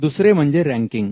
दुसरे म्हणजे रँकिंग